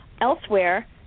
elsewhere